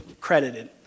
credited